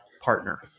partner